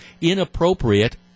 inappropriate